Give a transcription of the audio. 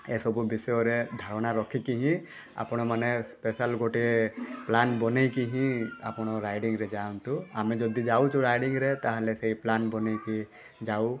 ଏସବୁ ବିଷୟରେ ଧାରଣା ରଖିକି ହିଁ ଆପଣମାନେ ସେ ସ୍ପେଶାଲ ଗୋଟେ ପ୍ଲାନ୍ ବନେଇକି ହିଁ ଆପଣ ରାଇଡ଼ିଙ୍ଗରେ ଯାଆନ୍ତୁ ଆମେ ଯଦି ଯାଉଛୁ ରାଇଡ଼ିଙ୍ଗରେ ତାହାଲେ ସେ ପ୍ଲାନ୍ ବନେଇକି ଯାଉ